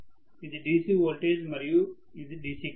ఇది DC voltage మరియు ఇది DC కరెంట్